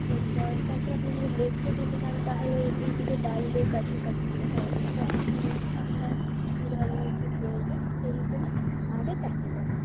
এরপর তাছাড়া আপনি যদি লেকে যেতে চান তাহলে এদিকে ডাল লেক আছে কাশ্মীর সাইডে এবার আপনি বলুন আপনার কী ধরনের কী প্রয়োজন সেই হিসেবে আমাদের প্যাকেজ আছে